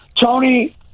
Tony